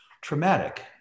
traumatic